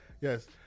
Yes